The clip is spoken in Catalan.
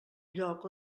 lloc